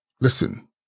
listen